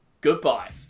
goodbye